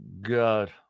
God